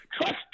Trust